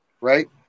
right